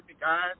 guys